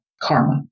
Karma